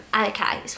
Okay